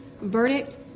Verdict